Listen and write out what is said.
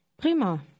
Prima